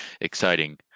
exciting